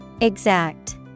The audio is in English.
Exact